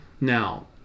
Now